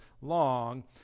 long